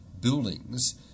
buildings